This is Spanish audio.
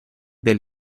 del